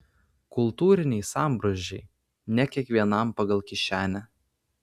kultūriniai sambrūzdžiai ne kiekvienam pagal kišenę